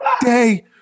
day